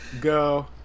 go